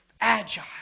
agile